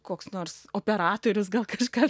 koks nors operatorius gal kažką